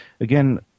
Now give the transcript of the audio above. again